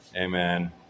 Amen